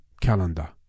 calendar